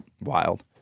wild